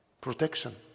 protection